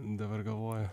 dabar galvoju